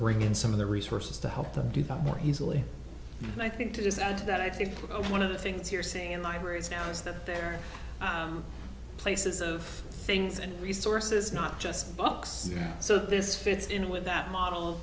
bring in some of the resources to help them do that more easily and i think to just add to that i think one of the things you're seeing in libraries now is that there are places of things and resources not just books so this fits in with that model